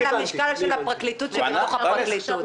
זה שלושה בכל המשרד או רק באגף התקציבים?